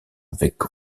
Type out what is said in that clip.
avec